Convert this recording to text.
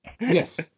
Yes